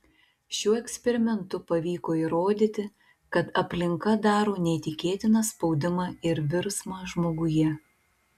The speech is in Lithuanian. šiuo eksperimentu pavyko įrodyti kad aplinka daro neįtikėtiną spaudimą ir virsmą žmoguje